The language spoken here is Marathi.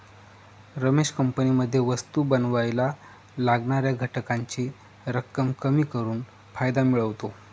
रमेश कंपनीमध्ये वस्तु बनावायला लागणाऱ्या घटकांची रक्कम कमी करून फायदा मिळवतो